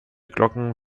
glocken